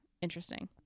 interesting